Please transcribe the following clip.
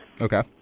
Okay